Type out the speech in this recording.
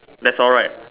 that's all right